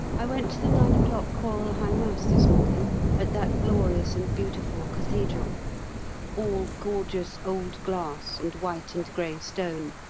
i went to the nine o'clock choral high mass this morning at that glorious and beautiful cathedral all gorgeous old glass and white and grey stone,